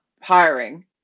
hiring